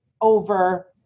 over